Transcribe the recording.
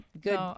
good